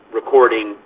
recording